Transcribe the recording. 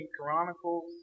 Chronicles